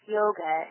yoga